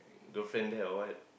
girlfriend there or what